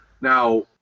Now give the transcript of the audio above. Now